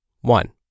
One